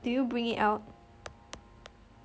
do you bring it out